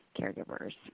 caregivers